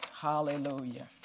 Hallelujah